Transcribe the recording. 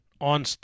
on